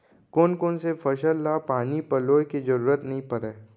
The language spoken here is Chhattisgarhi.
कोन कोन से फसल ला पानी पलोय के जरूरत नई परय?